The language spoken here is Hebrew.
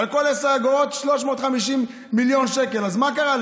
על כל 10 אגורות, 350 מיליון שקל, אז מה קרה?